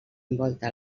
envolta